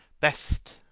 best!